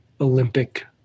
Olympic